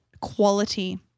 quality